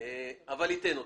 אבל ייתן אותם,